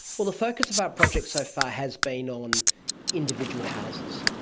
well, the focus of our project so far has been on individual houses,